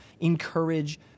encourage